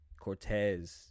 Cortez